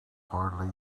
hardly